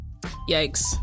yikes